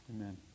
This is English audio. Amen